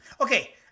Okay